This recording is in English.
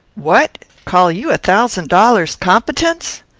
what! call you a thousand dollars competence?